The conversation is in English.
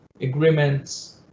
agreements